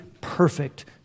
perfect